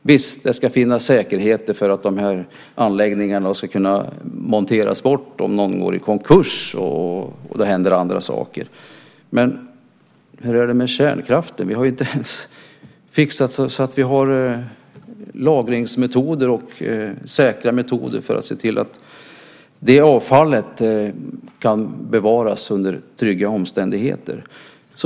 Visst: Det ska finnas säkerheter för att de här anläggningarna ska kunna monteras bort om någon går i konkurs och om det händer andra saker. Men hur är det med kärnkraften? Vi har ju inte ens fixat så att vi har lagringsmetoder och säkra metoder för att se till att det avfallet kan bevaras under trygga omständigheter.